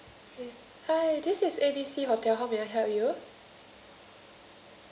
hi this is A B C hotel how may I help you